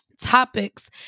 topics